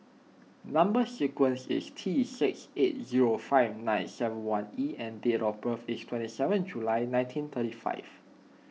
Number Sequence is T six eight zero five nine seven one E and date of birth is twenty seven July nineteen thirty five